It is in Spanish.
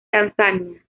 tanzania